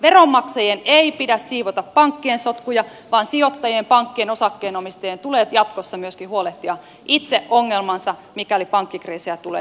veronmaksajien ei pidä siivota pankkien sotkuja vaan sijoittajien pankkien osakkeenomistajien tulee jatkossa myöskin huolehtia itse ongelmansa mikäli pankkikriisiä tulevaisuudessa syntyy